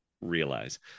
realize